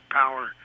power